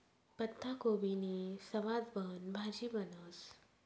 पत्ताकोबीनी सवादबन भाजी बनस